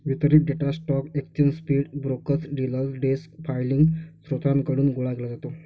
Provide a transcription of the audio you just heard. वितरित data stock exchange feed, brokers, dealer desk filing स्त्रोतांकडून गोळा केला जातो